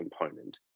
component